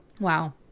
Wow